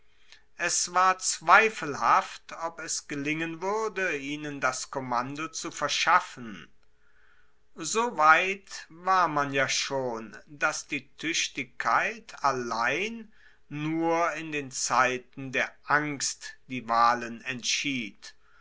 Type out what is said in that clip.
es war zweifelhaft ob es gelingen wuerde ihnen das kommando zu verschaffen so weit war man ja schon dass die tuechtigkeit allein nur in den zeiten der angst die wahlen entschied